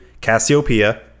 Cassiopeia